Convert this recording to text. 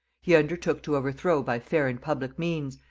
he undertook to overthrow by fair and public means,